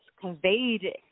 conveyed